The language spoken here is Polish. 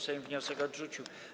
Sejm wniosek odrzucił.